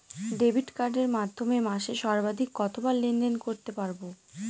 Debit কার্ডের মাধ্যমে মাসে সর্বাধিক কতবার লেনদেন করতে পারবো?